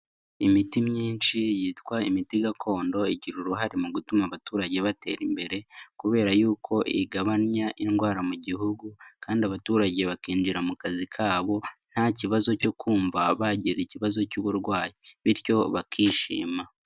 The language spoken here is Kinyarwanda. Imiti myinshi yitwa imiti gakondo igira uruhare mu gutuma abaturage batera imbere, kubera yuko igabanya indwara mu gihugu kandi abaturage bakinjira mu kazi kabo nta kibazo cyo kumva bagira ikibazo cy'uburwayi bityo bakishima.